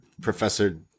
Professor